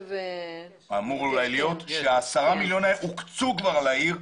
10 מיליון השקלים האלה כבר הוקצו לעיר,